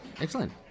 Excellent